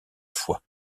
foie